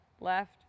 left